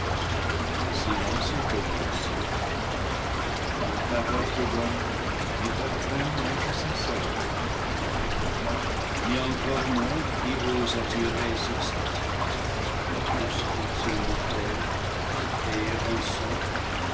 le silence était dans le ciel en faveur de l'homme ni patron ni intercesseur ne parait ni encore moins qui ose attirer sur sa tête la proscription mortelle et payer rançon el